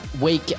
week